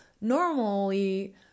normally